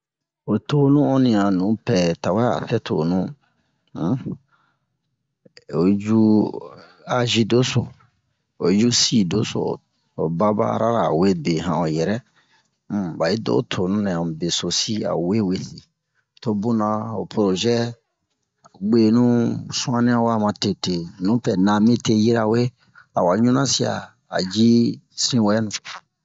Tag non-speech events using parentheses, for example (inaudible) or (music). ho tomu onni a nupɛ tawɛ a sɛ tonu (hesitation) (noise) oyi cu azi doso oyi cu sii doso o baba ara awe be han o yɛrɛ um ɓa yi do o tonu nɛ amu besosi a ho wee wese to bunna ho prozɛ ho ɓwenu su'anni wa matete nupɛ na mite yirawe awa ɲunnasiya a ji siwɛnu